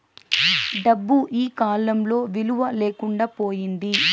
డబ్బు ఈకాలంలో విలువ లేకుండా పోయింది